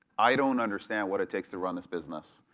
i don't understand what it takes to run this business,